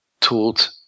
taught